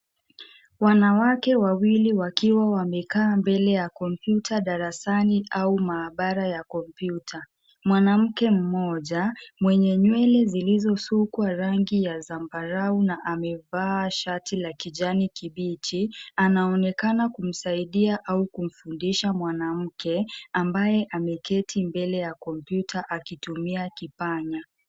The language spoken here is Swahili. Wanawake wawili wakiwa wamekaa mbele ya komputa darasani au maabara ya komputa. Mwanamke mmoja, mwenye nywele zilizosukwa rangi ya zambarau na amevaa shati la kijani kibichi, anaonekana kumsaidia au kumfundisha mwanamke, ambaye ameketi mbele ya komputa akitumia kipanya.